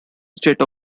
state